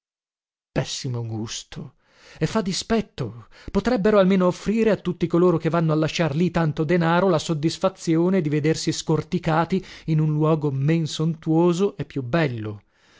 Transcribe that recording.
pessimo gusto e fa dispetto potrebbero almeno offrire a tutti coloro che vanno a lasciar lì tanto denaro la soddisfazione di vedersi scorticati in un luogo men sontuoso e più bello